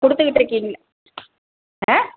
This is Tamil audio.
கொடுத்துக்கிட்டு இருக்கீங்களா ஆ